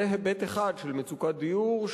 זה היבט אחד של מצוקת דיור,